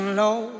low